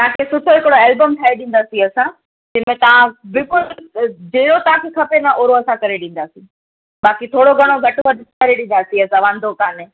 तव्हांखे सुठो हिकिड़ो एल्बम ठाहे ॾींदासीं असां जिन में तव्हां बिल्कुलु जहिड़ो तव्हांखे खपे न ओहिड़ो असां करे ॾींदासीं बाक़ी थोरो घणों घटि वधि करे ॾींदासीं असां वांदो कोन्हे